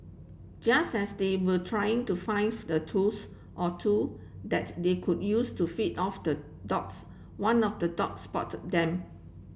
just as they were trying to find the tools or two that they could use to fed off the dogs one of the dogs spotted them